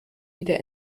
wieder